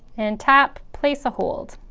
and tap place a hold.